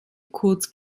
kurz